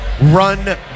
run